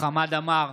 חמד עמאר,